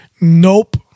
Nope